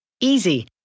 Easy